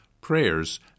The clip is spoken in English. prayers